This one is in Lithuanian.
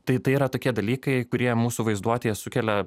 tai tai yra tokie dalykai kurie mūsų vaizduotėje sukelia